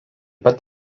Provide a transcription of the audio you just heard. pat